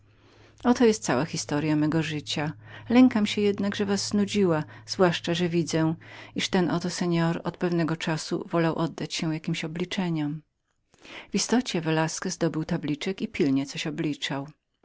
oto jest cała historya mego życia lękam się aby was nie znudziła tem bardziej że widzę tego oto seora który od chwili wolał oddać się jakimś wyrachowaniom w istocie velasquez dobył tabliczki i pilnie coś obliczał